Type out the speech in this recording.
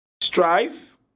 strife